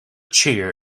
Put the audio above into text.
cheer